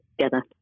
together